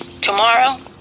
Tomorrow